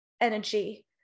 energy